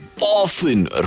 often